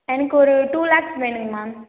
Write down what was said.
எனக்கு ஒரு டூ லேக்ஸ் வேணும்ங்க மேம்